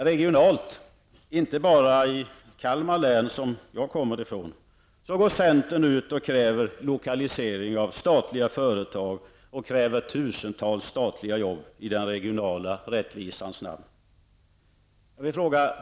Regionalt, inte bara i Kalmar län som jag kommer ifrån, går centern ut och kräver lokalisering av statliga företag och tusentals statliga jobb i den regionala rättvisans namn.